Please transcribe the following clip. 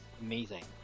amazing